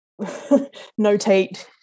notate